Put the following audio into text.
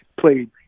played